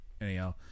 Anyhow